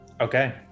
Okay